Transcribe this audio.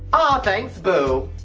thanks, boo.